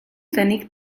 wenig